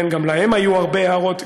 כן, גם להם היו הרבה הערות.